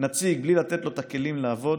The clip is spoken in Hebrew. נציג בלי לתת לו את הכלים לעבוד